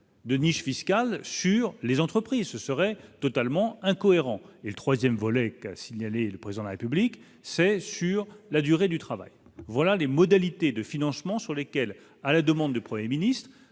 De niche fiscale sur les entreprises, ce serait totalement incohérent et le 3ème volet qu'a signalé le président de la République, c'est sur la durée du travail, voilà les modalités de financement sur lesquels, à la demande du 1er ministre